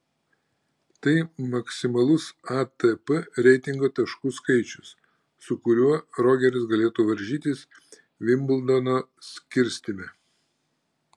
tai maksimalus atp reitingo taškų skaičius su kuriuo rogeris galėtų varžytis vimbldono skirstyme